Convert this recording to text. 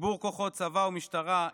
תגבור כוחות צבא ומשטרה,